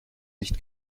nicht